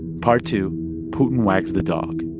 part two putin wags the dog